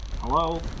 Hello